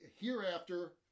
hereafter